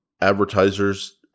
advertisers